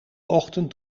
ochtend